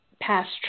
past